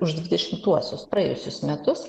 už dvidešimtuosius praėjusius metus